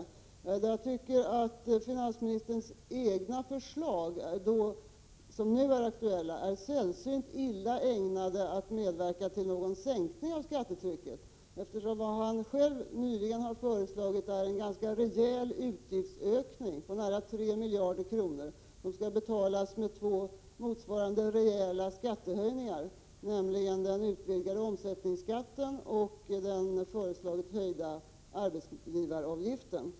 I så fall måste jag dock säga att finansministerns egna förslag som nu är aktuella är sällsynt illa ägnade att medverka till någon sänkning av skattetrycket, eftersom vad han själv nyligen har föreslagit är en ganska rejäl utgiftsökning på 3 miljarder kronor, som skall betalas med motsvarande rejäla skattehöjningar, nämligen den utvidgade omsättningsskatten och den höjda arbetsgivaravgiften.